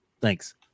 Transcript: thanks